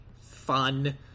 fun